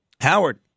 Howard